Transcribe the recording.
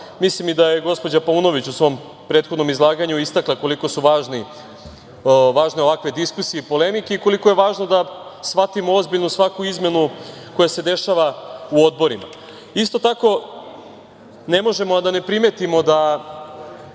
Mislim i da je gospođa Paunović u svom prethodnom izlaganju istakla koliko su važne ovakve diskusije i polemike i koliko je važno da shvatimo ozbiljno svaku izmenu koja se dešava u odborima. Isto tako ne možemo a da ne primetimo da